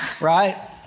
right